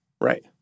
Right